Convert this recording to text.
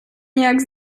nějak